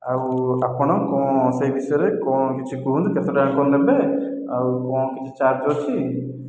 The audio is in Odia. ଆଉ ଆପଣ କ'ଣ ସେହି ବିଷୟରେ କଣ କିଛି କୁହନ୍ତୁ କେତେ ଟଙ୍କା କ'ଣ ନେବେ ଆଉ କ'ଣ କିଛି ଚାର୍ଜ ଅଛି